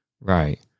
right